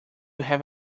have